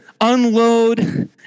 unload